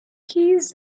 keys